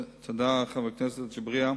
תודה, חבר הכנסת אגבאריה.